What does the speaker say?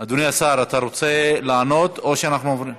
אדוני השר, אתה רוצה לענות או שאנחנו עוברים.